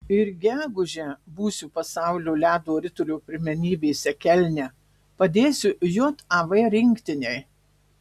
ir gegužę būsiu pasaulio ledo ritulio pirmenybėse kelne padėsiu jav rinktinei